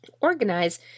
organize